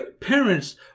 parents